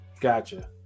Gotcha